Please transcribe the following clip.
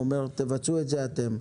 הוא אומר: תבצעו את זה אתם.